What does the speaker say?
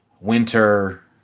winter